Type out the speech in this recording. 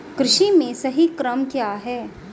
कृषि में सही क्रम क्या है?